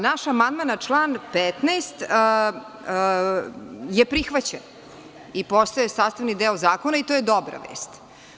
Naš amandman na član 15. je prihvaćen i postao je sastavni deo zakona i to je dobra vest.